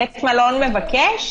בית מלון מבקש?